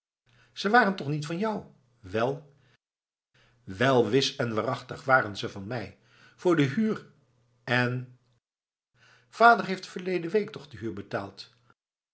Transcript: ze waren toch niet van jou wel wel wis en waarachtig waren ze van mij voor de huur en vader heeft verleden week toch de huur betaald